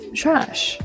trash